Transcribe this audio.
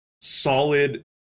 solid